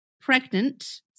pregnant